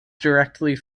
directly